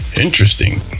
Interesting